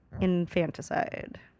infanticide